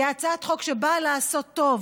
היא הצעת חוק שבאה לעשות טוב,